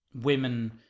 women